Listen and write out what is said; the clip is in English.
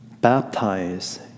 baptize